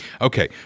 Okay